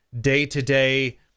day-to-day